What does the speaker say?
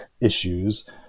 issues